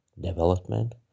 Development